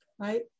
right